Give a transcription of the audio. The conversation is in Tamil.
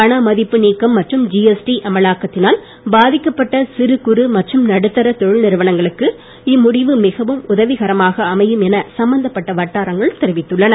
பணமதிப்பு நீக்கம் மற்றும் ஜிஎஸ்டி அமலாக்கத்தினால் பாதிக்கப்பட்ட சிறு குறு மற்றும் நடுத்தர தொழில் நிறுவனங்களுக்கு இம் முடிவு மிகவும் உதவிகரமாக அமையும் என சம்பந்தப்பட்ட வட்டாரங்கள் தெரிவித்துள்ளன